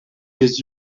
mes